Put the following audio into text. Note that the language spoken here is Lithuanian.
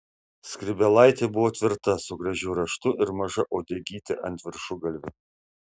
skrybėlaitė buvo tvirta su gražiu raštu ir maža uodegyte ant viršugalvio